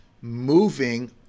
moving